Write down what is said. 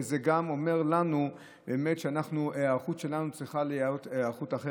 וזה גם אומר לנו שההיערכות שלנו צריכה להיות אחרת.